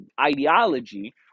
ideology